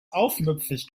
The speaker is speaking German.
aufmüpfig